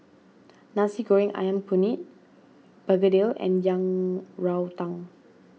Nasi Goreng Ayam Kunyit Begedil and Yang Rou Tang